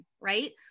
right